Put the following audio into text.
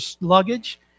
luggage